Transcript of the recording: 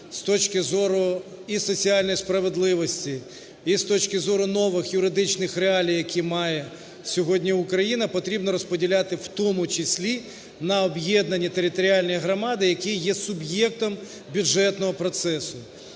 з точки зору і соціальної справедливості, і з точки зору нових юридичних реалій, які має сьогодні Україна, потрібно розподіляти в тому числі на об'єднані територіальні громади, які є суб'єктом бюджетного процесу.